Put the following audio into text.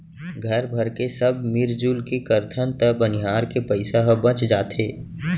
घर भरके सब मिरजुल के करथन त बनिहार के पइसा ह बच जाथे